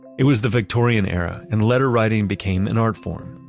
it was the victorian era and letter writing became an art form.